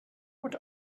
what